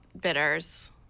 bitters